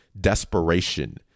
desperation